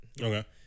Okay